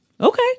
Okay